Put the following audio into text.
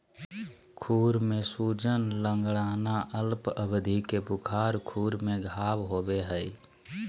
खुर में सूजन, लंगड़ाना, अल्प अवधि के बुखार, खुर में घाव होबे हइ